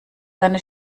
seine